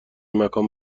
مکان